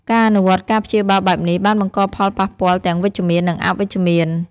ការអនុវត្តការព្យាបាលបែបនេះ បានបង្កផលប៉ះពាល់ទាំងវិជ្ជមាន និងអវិជ្ជមាន។